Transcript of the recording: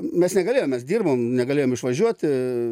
mes negalėjom mes dirbom negalėjom išvažiuoti